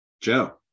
Joe